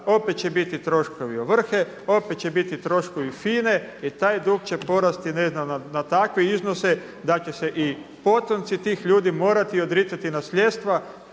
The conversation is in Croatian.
Opet će biti troškovi ovrhe, opet će biti troškove FINA-e i taj dug će porasti ne znam na takve iznose da će se i potomci tih ljudi morati odricati nasljedstva,